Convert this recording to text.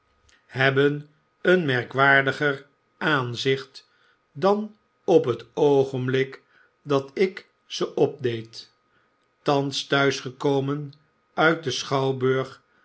hebben een merkwaardiger aanzicht dan op het oogenblik dat ik zeopdeed thans t'huis gekomen uit den schouwburg